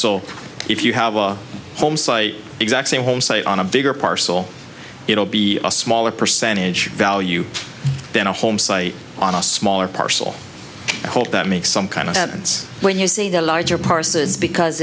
so if you have a home site exact same home site on a bigger parcel it'll be a smaller percentage value then a home site on a smaller parcel and hope that makes some kind of happens when you say the larger parses because